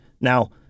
Now